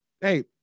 hey